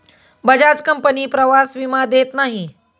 Bajaj company प्रवास विमा देत नाही